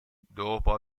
dopo